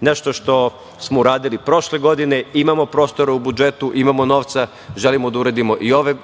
nešto što smo uradili prošle godine, imamo prostora u budžetu, imamo novca, želimo da uradimo